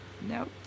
Nope